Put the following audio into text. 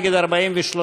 אני לא שומע פשוט.